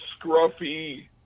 scruffy